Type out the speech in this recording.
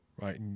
right